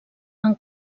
amb